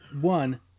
One